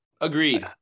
Agreed